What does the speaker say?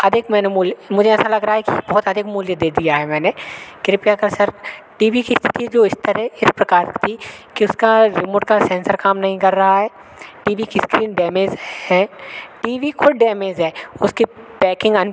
अधिक मैंने मूल्य मुझे ऐसा लग रहा है कि बहुत अधिक मूल्य दे दिया है मैंने कृपया कर सर टी वी की स्थिति जो इस तरह इस प्रकार की कि उसका रिमोट का सेंसर काम नहीं कर रहा है टी वी की इस्क्रीन डैमेज़ है टी वी ख़ुद डैमेज़ है उसकी पैकिंग अन